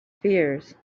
fears